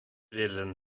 willen